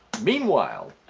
meanwhile